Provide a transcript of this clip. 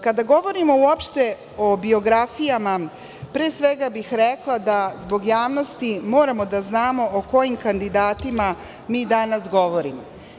Kada govorimo uopšte o biografijama, pre svega, rekla bih da zbog javnosti moramo da znamo o kojim kandidatima mi danas govorimo.